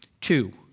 Two